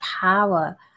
power